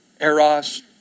Eros